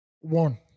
One